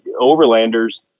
overlanders